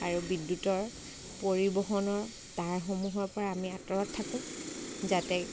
আৰু বিদ্যুতৰ পৰিবহণৰ তাঁৰসমূহৰ পৰা আমি আঁতৰত থাকোঁ যাতে